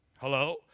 Hello